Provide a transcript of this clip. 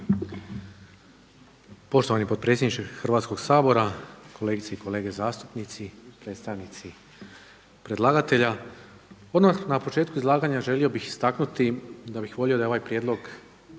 Poštovani potpredsjedniče Hrvatskoga sabora, kolegice i kolege zastupnici, predstavnici predlagatelja. Odmah na početku izlaganja želio bih istaknuti da bih volio da je ovaj prijedlog